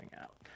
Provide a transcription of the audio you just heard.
out